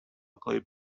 clip